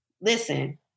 Listen